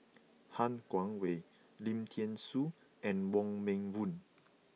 Han Guangwei Lim Thean Soo and Wong Meng Voon